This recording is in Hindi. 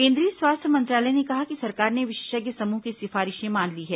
केंद्रीय स्वास्थ्य मंत्रालय ने कहा कि सरकार ने विशेषज्ञ समूह की सिफारिशें मान ली हैं